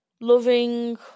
Loving